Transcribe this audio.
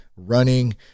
running